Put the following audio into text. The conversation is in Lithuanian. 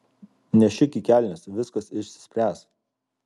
nešik į kelnes viskas išsispręs